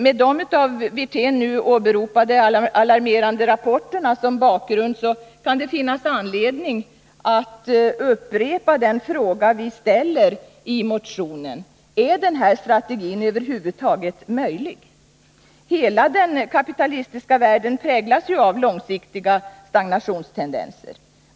Med de av Rolf Wirtén nu åberopade alarmerande rapporterna som bakgrund kan det finnas anledning att upprepa den fråga vi ställer i motionen: Är den här strategin över huvud taget möjlig? Hela den kapitalistiska världen präglas ju av långsiktiga stagnationstendenser.